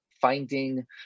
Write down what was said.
finding